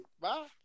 Bye